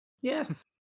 Yes